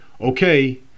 okay